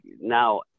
now